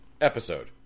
episode